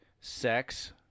sex